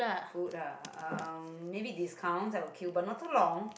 food ah maybe discount I will queue but not too long